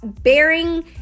bearing